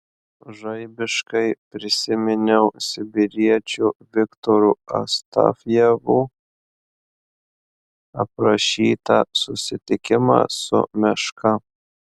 žaibiškai prisiminiau sibiriečio viktoro astafjevo aprašytą susitikimą su meška